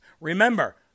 Remember